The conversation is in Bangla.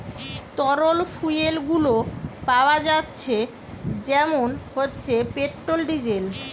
তরল ফুয়েল গুলো পাওয়া যাচ্ছে যেমন হচ্ছে পেট্রোল, ডিজেল